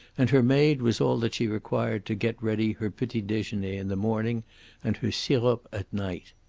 and her maid was all that she required to get ready her petit dejeuner in the morning and her sirop at night.